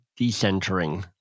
decentering